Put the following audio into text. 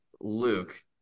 luke